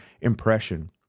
impression